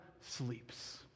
sleeps